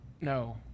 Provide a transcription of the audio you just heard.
No